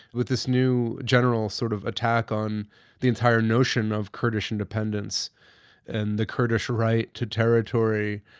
with this new general sort of attack on the entire notion of kurdish independence and the kurdish right to territory,